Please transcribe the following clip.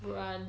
不然